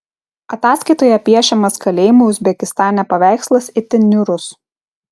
ataskaitoje piešiamas kalėjimų uzbekistane paveikslas itin niūrus